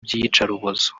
by’iyicarubozo